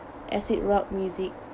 acid rock music